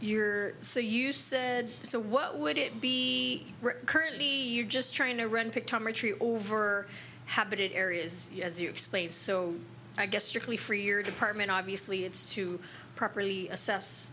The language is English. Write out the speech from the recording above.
you're so used so what would it be currently you're just trying to run picked over habited areas as you explained so i guess strictly for your department obviously it's to properly assess